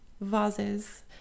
vases